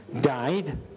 died